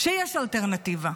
שיש אלטרנטיבה.